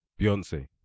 beyonce